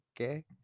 Okay